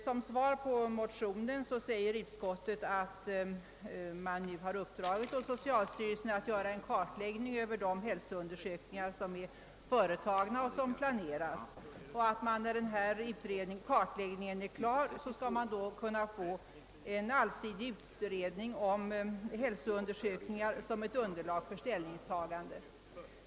Med anledning av motionen uttalar utskottet, att man uppdragit åt socialstyrelsen att göra en kartläggning av företagna och planerade hälsoundersökningar och att när denna kartläggning är genomförd styrelsen skall kunna företa en allsidig utredning om hälsoundersökningar såsom underlag för ett ställningstagande.